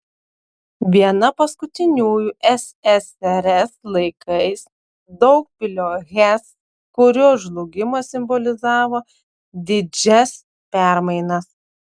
viena paskutiniųjų ssrs laikais daugpilio hes kurios žlugimas simbolizavo didžias permainas